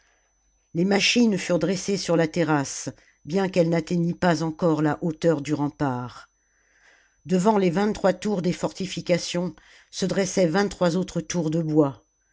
les machines furent dressées sur la terrasse bien qu'elle n'atteignît pas encore la hauteur du rempart devant les vingt-trois tours des fortifications se dressaient vingt-trois autres tours de bois